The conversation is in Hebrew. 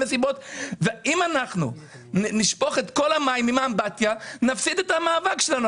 אם נשפוך את כל המים עם האמבטיה נפסיד את המאבק שלנו.